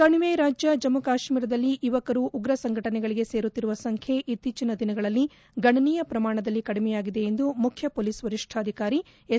ಕಣಿವೆ ರಾಜ್ಯ ಜಮ್ಮು ಕಾಶ್ಮೀರದಲ್ಲಿ ಯುವಕರು ಉಗ ಸಂಘಟನೆಗಳಿಗೆ ಸೇರುತ್ತಿರುವ ಸಂಖ್ಯೆ ಇತ್ತೀಚಿನ ದಿನಗಳಲ್ಲಿ ಗಣನೀಯ ಪ್ರಮಾಣದಲ್ಲಿ ಕದಿಮೆಯಾಗಿದೆ ಎಂದು ಮುಖ್ಯ ಪೊಲೀಸ್ ವರಿಷ್ಠಾಧಿಕಾರಿ ಎಸ್